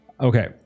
Okay